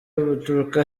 baturuka